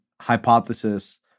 hypothesis